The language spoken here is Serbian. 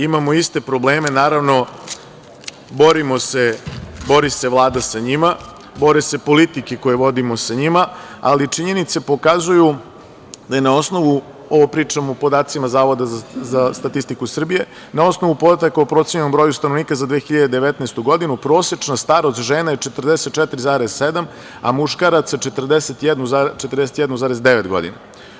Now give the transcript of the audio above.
Imamo iste probleme, naravno, borimo se, bori se Vlada sa njima, bore se politike koje vodimo sa njima, ali činjenice pokazuju da je na osnovu, ovo pričam o podacima Zavoda za statistiku Srbije, na osnovu podataka o procenjenom broju stanovnika za 2019. godinu prosečna starost žena je 44,7 godina, a muškaraca 41,9 godina.